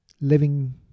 living